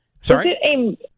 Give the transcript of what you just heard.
Sorry